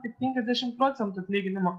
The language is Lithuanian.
tik penkiasdešimt procentų atlyginimo